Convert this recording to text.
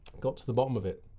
got to the bottom of it,